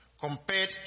compared